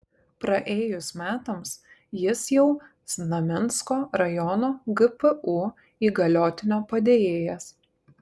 praėjus metams jis jau znamensko rajono gpu įgaliotinio padėjėjas